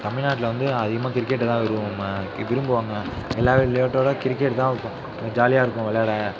தமிழ்நாட்டில் வந்து அதிகமாக கிரிக்கெட்டு தான் விரும்பு விரும்புவாங்க எல்லா விளையாட்டோட கிரிக்கெட் தான் ஜாலியாக இருக்கும் விளையாட